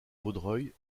vaudreuil